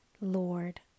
Lord